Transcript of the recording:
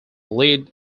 lead